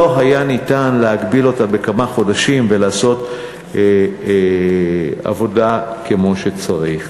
לא היה ניתן להגביל אותה בכמה חודשים ולעשות עבודה כמו שצריך.